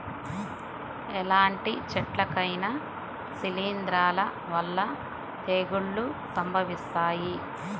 ఎలాంటి చెట్లకైనా శిలీంధ్రాల వల్ల తెగుళ్ళు సంభవిస్తాయి